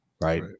right